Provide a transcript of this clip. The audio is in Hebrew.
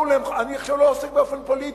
אני עכשיו לא עוסק באופן פוליטי,